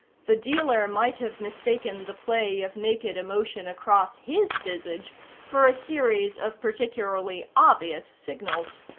the dealer might have mistaken the play of naked emotion across his visage for a series of particularly obvious signals.